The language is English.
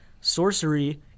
sorcery